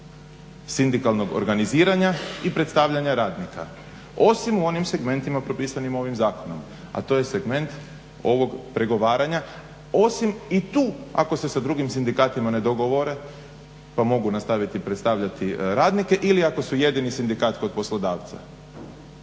sindikalnog organiziranja i predstavljanja radnika, osim u onim segmentima propisanim ovim zakonom, a to je segment ovog pregovaranja, osim i tu ako se sa drugim sindikatima ne dogovore pa mogu nastaviti predstavljati radnike ili ako su jedini sindikat kod poslodavca.